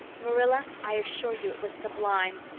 marilla, i assure you it was sublime.